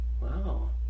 Wow